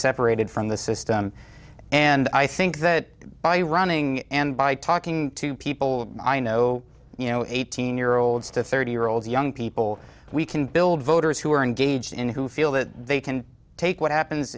separated from the system and i think that by running and by talking to people i know you know eighteen year olds to thirty year old young people we can build voters who are engaged in who feel that they can take what happens